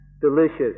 delicious